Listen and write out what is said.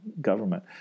government